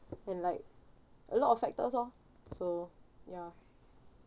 and like a lot of factors lor so ya